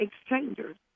exchangers